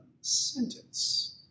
sentence